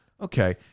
okay